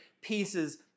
pieces